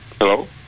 Hello